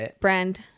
brand